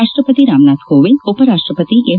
ರಾಷ್ಟಪತಿ ರಾಮನಾಥ್ ಕೋವಿಂದ್ ಉಪರಾಷ್ಟಪತಿ ಎಂ